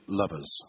lovers